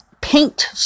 paint